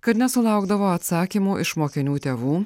kad nesulaukdavo atsakymų iš mokinių tėvų